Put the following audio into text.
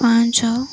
ପାଞ୍ଚ